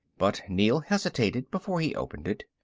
but neel hesitated before he opened it.